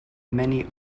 many